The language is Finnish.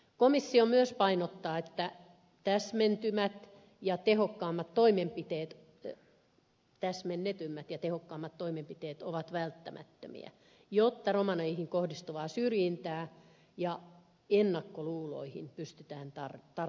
komissio myös painottaa että täsmennetyt ja tehokkaammat toimenpiteet ovat välttämättömiä jotta romaneihin kohdistuvaan syrjintään ja ennakkoluuloihin pystytään tarttumaan